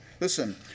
Listen